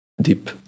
deep